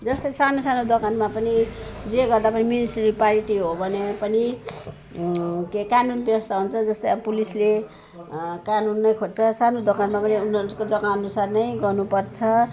जस्तै सानो सानो दोकानमा पनि जे गर्दा पनि म्युनिसिपालिटी हो भने पनि कानुन व्यवस्था हुन्छ जस्तै पुलिसले कानुनै खोज्छ सानो दोकानमा पनि उनीहरूको जगा अनुसार नै गर्नु पर्छ